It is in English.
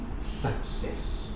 success